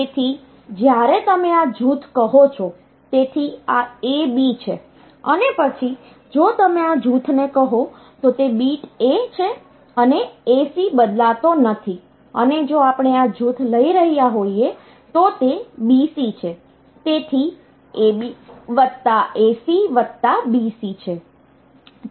તેથી જ્યારે તમે આ જૂથ કહો છો તેથી આ A B છે અને પછી જો તમે આ જૂથને કહો તો તે બીટ A છે અને A C બદલતો નથી અને જો આપણે આ જૂથ લઈ રહ્યા હોઈએ તો તે B C છે તેથી AB વત્તા AC વત્તા B C છે